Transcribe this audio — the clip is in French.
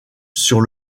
sur